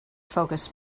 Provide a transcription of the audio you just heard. focus